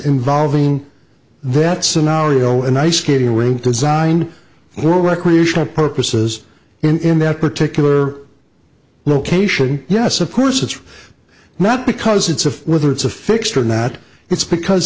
involving that scenario an ice skating rink design we're recreational purposes in that particular location yes of course it's not because it's of whether it's a fixed or not it's because